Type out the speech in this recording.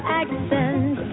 accent